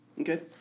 Okay